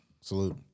Salute